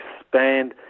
expand